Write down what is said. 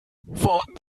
warten